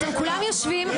כולם יושבים,